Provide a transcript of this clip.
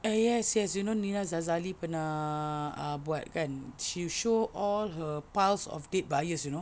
ah yes yes you know Nina Sazali pernah uh buat kan she show all her piles of dead buyers you know